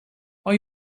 are